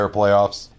playoffs